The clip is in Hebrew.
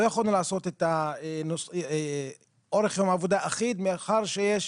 לא יכולנו לעשות את אורך יום העבודה אחיד מאחר שיש